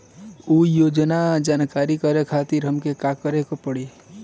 उ योजना के जानकारी के खातिर हमके का करे के पड़ी?